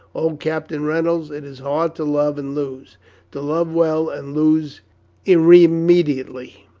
oh, captain reynolds, it is hard to love and lose to love well, and lose irremediably.